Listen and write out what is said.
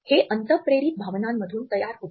हे अंतःप्रेरित भावनांमधून तयार होते